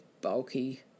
bulky